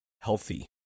healthy